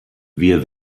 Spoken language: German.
wir